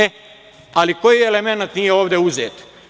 E, ali koji elemenat nije ovde uzet?